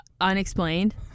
unexplained